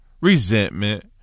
Resentment